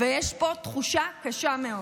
ויש פה תחושה קשה מאוד.